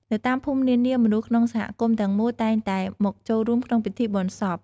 នៅតាមភូមិនានា មនុស្សក្នុងសហគមន៍ទាំងមូលតែងតែមកចូលរួមក្នុងពិធីបុណ្យសព។